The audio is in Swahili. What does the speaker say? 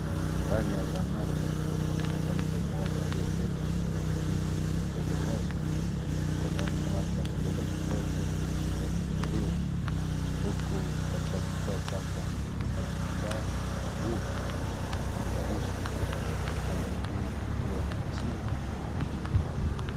Ndani ya zahanati palipo na mwanamke mmoja aliyemketi kwenye kiti cha kuegemezwa. Mkononi mwake amebeba kitoto kilichotoka kuzaliwa huku katika kifua chake amefunikwa na kitambaa kama nguo la kuzalishwa, upande mwingine pakiwa na mashine kwenye hospitali.